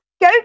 go